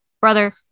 brother